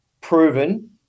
proven